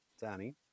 Danny